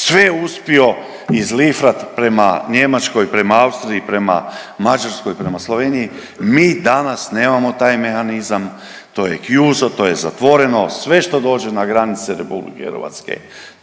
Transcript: je uspio izlifrat prema Njemačkoj, prema Austriji, prema Mađarskoj, prema Sloveniji. Mi danas nemamo taj mehanizam, to chiuso, to je zatvoreno sve što dođe na granice RH tu i ostaje